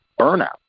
burnout